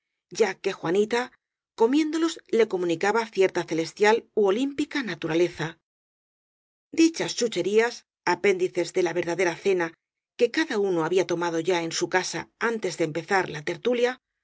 ya que juanita comiéndolos les comunicaba cierta ce lestial ú olímpica naturaleza dichas chucherías apéndices de la verdadera cena que cada uno ha bía tomado ya en su casa antes de empezar la